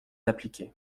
appliquée